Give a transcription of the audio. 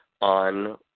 on